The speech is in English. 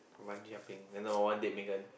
bungee jumping no one date Megan